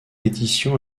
édition